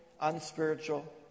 unspiritual